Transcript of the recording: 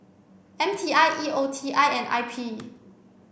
M T I E O T I and I P